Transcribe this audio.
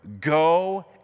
go